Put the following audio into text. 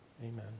amen